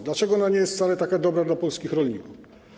Dlaczego ona nie jest wcale taka dobra dla polskich rolników?